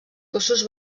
cossos